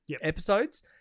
episodes